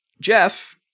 Jeff